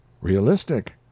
Realistic